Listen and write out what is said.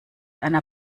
einer